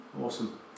Awesome